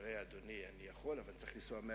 תהיה סמוך ובטוח שהקטע של זאב בילסקי על המשטרה